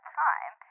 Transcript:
time